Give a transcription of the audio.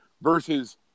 versus